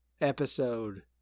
episode